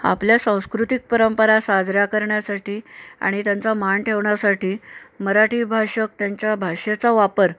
आपल्या सांस्कृतिक परंपरा साजरा करण्यासाठी आणि त्यांचा मान ठेवण्यासाठी मराठी भाषक त्यांच्या भाषेचा वापर